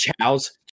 Chow's